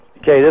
Okay